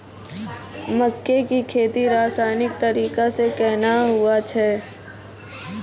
मक्के की खेती रसायनिक तरीका से कहना हुआ छ?